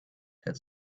had